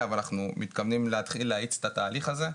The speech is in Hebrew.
אבל אנחנו מתכוונים להתחיל להאיץ את התהליך הזה,